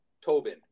Tobin